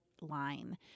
line